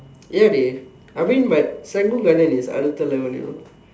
ya dey I mean but Serangoon garden is like அடுத்த:aduththa level you know